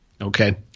Okay